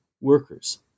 workers